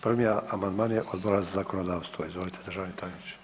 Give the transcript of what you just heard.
Prvi amandman je Odbora za zakonodavstvo, izvolite državni tajniče.